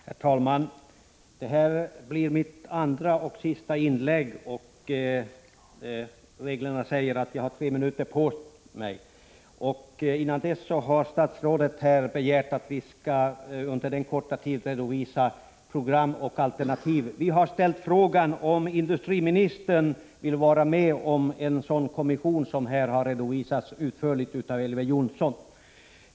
Herr talman! Det här blir mitt andra och sista inlägg i debatten. Enligt reglerna har jag tre minuter på mig. Tidigare har statsrådet begärt att vi under den korta tiden skall redovisa program och alternativ. Vi har ställt frågan om industriministern vill vara med om en sådan kommission som här utförligt redovisats av Elver Jonsson.